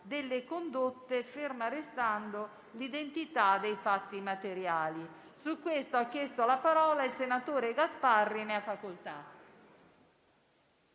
delle condotte, ferma restando l'identità dei fatti materiali. Su questo ha chiesto la parola il senatore Gasparri. Ne ha facoltà.